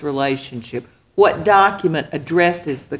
relationship what document addresses the